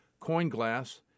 CoinGlass